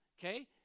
okay